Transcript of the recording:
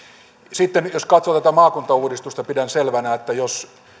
sitten jos katsoo tätä maakuntauudistusta pidän selvänä että jos annetaan